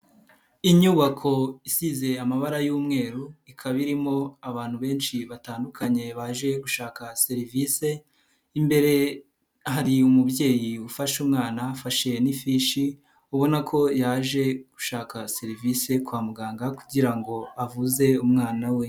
Inyubako isize amabara y'umweru ikaba irimo abantu benshi batandukanye baje gushaka serivisi, imbere hari umubyeyi ufashe umwana, ufashe n'ifishi ubona ko yaje gushaka serivisi kwa muganga kugira ngo avuze umwana we.